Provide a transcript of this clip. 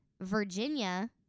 Virginia